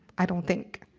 i don't think.